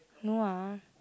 no ah